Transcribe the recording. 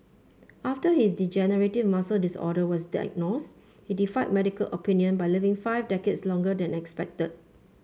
after his degenerative muscle disorder was diagnosed he defied medical opinion by living five decades longer than expected